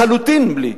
לחלוטין בלי.